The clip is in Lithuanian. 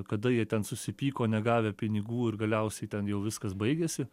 kada jie ten susipyko negavę pinigų ir galiausiai ten jau viskas baigėsi